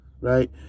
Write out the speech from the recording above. right